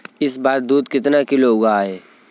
इस बार दूध कितना किलो हुआ है?